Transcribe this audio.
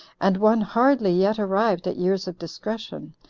and one hardly yet arrived at years of discretion,